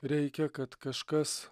reikia kad kažkas